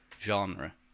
genre